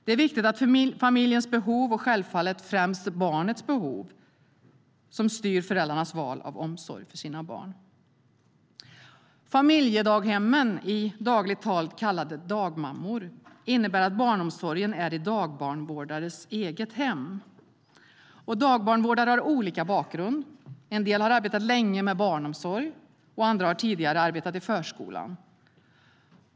Det är viktigt att familjens behov, och självfallet främst barnets behov, styr föräldrarnas val av omsorg. Familjedaghemmen, i dagligt tal kallade dagmammor, innebär att barnomsorgen är i dagbarnvårdarens eget hem. Dagbarnvårdare har olika bakgrund; en del har arbetat länge med barnomsorg och andra har tidigare arbetat i förskolan.